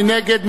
מי נגד?